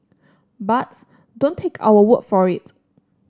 but don't take our word for it